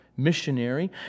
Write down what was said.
missionary